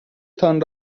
تان